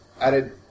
added